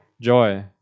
Joy